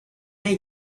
make